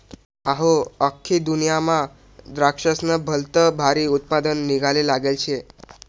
अहो, आख्खी जगदुन्यामा दराक्शेस्नं भलतं भारी उत्पन्न निंघाले लागेल शे